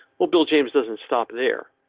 will bill james doesn't stop there.